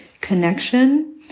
connection